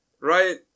Right